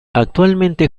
actualmente